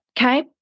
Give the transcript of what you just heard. Okay